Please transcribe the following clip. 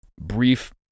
brief